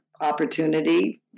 opportunity